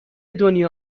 دنیا